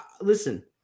Listen –